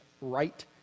right